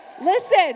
Listen